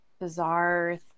bizarre